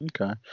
okay